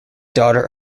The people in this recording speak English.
daughter